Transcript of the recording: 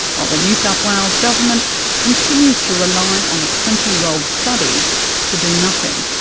while the new south wales government continues to rely on a twenty year old study to do nothing.